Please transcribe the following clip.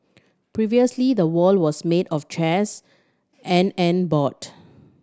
previously the wall was made of chairs and and board